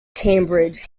cambridge